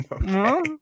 no